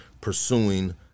pursuing